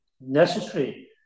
necessary